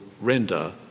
render